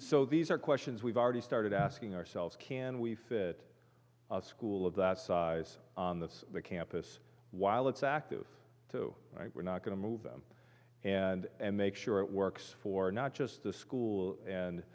so these are questions we've already started asking ourselves can we fit a school of that size on this campus while it's active to we're not going to move them and make sure it works for not just the school and